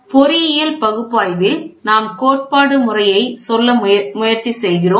பொறியியல் பகுப்பாய்வில் நாம் கோட்பாடு முறையை சொல்ல முயற்சி செய்கிறோம்